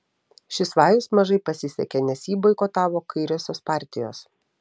šis vajus mažai pasisekė nes jį boikotavo kairiosios partijos